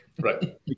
right